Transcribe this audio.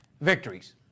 victories